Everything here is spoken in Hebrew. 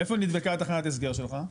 מאיפה נדבקה תחנת ההסגר שלך?